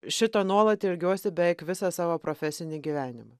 šito nuolat ilgiuosi beveik visą savo profesinį gyvenimą